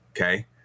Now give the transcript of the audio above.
Okay